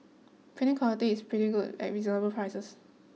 printing quality is pretty good at reasonable prices